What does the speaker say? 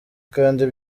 kandi